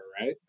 right